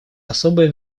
особое